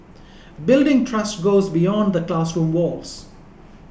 building trust goes beyond the classroom walls